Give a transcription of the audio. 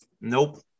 Nope